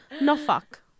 No-Fuck